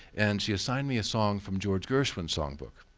and she assigned me a song from george gershwin song book.